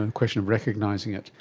and question of recognising it.